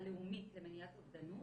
הלאומית למניעת אובדנות,